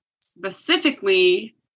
specifically